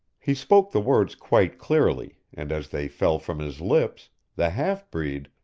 he spoke the words quite clearly and as they fell from his lips the half-breed,